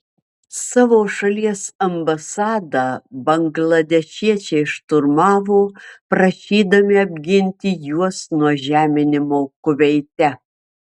savo šalies ambasadą bangladešiečiai šturmavo prašydami apginti juos nuo žeminimo kuveite